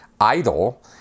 idle